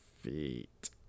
feet